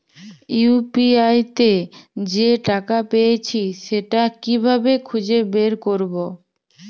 UPI তে যে টাকা পেয়েছি সেটা কিভাবে খুঁজে বের করবো?